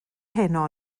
heno